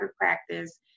practice